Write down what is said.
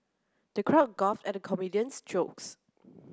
the crowd at the comedian's jokes